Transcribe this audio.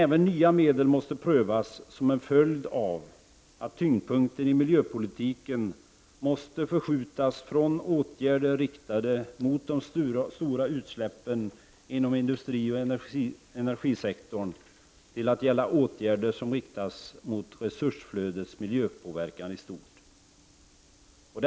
Även nya medel måste prövas, eftersom tyngdpunkten i miljöpolitiken måste förskjutas från åtgärder riktade mot de stora utsläppen inom industrioch energisektorn till åtgärder som riktas mot resursflödets miljöpåverkan i stort.